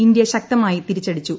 India ശക്തമായി തിരിച്ചുടിച്ചു